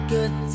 Good